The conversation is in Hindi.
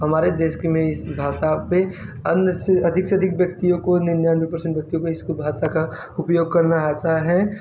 हमारे देश के में इस भाषा पर अन्य से अधिक से अधिक व्यक्तियों को निन्यानवे पर्सेंट व्यक्तियों को इसको भाषा का उपयोग करना आता है